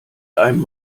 einem